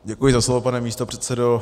Děkuji za slovo, pane místopředsedo.